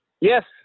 Yes